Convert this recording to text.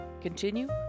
continue